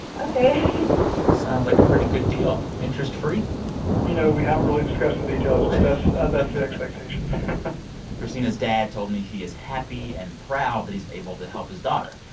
ok sounds like a pretty good deal. interest-free? you know, we haven't really discussed the details, but that's. ah that's the expectation christina's dad told me he is happy and proud that he's able to help his daughter.